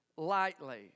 lightly